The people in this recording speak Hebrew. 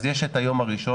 אז יש את היום הראשון,